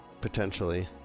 potentially